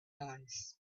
eyes